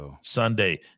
Sunday